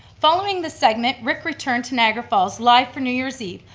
following the segment, rick returned to niagara falls live for new year's eve,